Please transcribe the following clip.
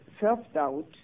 self-doubt